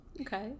Okay